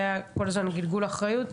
היה כל הזמן גלגול אחריות,